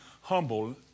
humble